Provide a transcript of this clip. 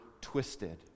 twisted